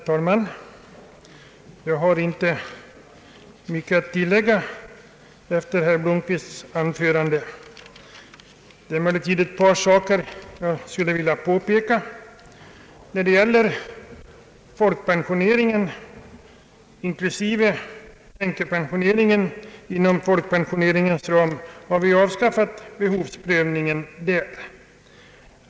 Herr talman! Jag har inte mycket att tillägga efter herr Blomquists anförande. Det är emellertid ett par saker jag skulle vilja påpeka. För folkpensioneringen inklusive änkepensioneringen inom folkpensioneringens ram har vi avskaffat behovsprövningen.